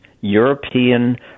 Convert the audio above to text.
European